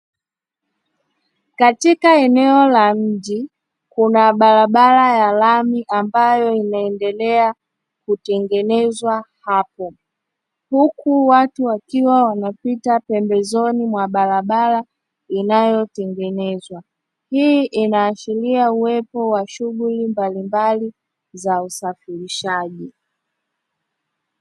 Katika eneo la mji kuna barabara ya lami ambayo inaendelea kutengenezwa hapo, huku watu wakiwa wanapita pembezoni mwa barabara inayotengenezwa. Hii inaashiria uwepo wa shughuli mbalimbali za usafirishaji.